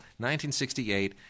1968